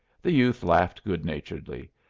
the youth laughed good-naturedly.